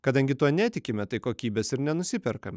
kadangi tuo netikime tai kokybės ir nenusiperkame